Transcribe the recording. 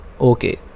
okay